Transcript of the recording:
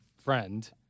friend